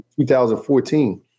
2014